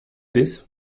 this